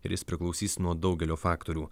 ir jis priklausys nuo daugelio faktorių